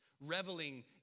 reveling